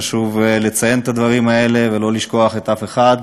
חשוב לציין את הדברים האלה ולא לשכוח אף אחד.